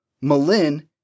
Malin